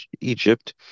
Egypt